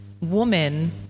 woman